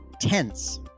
Tense